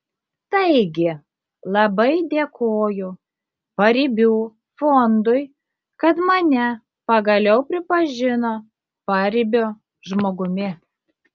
taigi labai dėkoju paribių fondui kad mane pagaliau pripažino paribio žmogumi